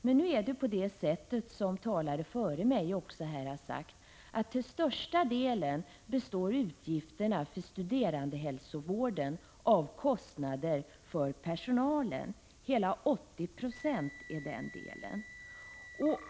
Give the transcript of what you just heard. Men nu är det på det sättet, som talare före mig också har sagt, att utgifterna för studerandehälsovården till största delen består av kostnader för personalen — hela 80 96 är den delen.